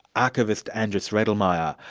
archivist, andras riedlmayer.